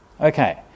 Okay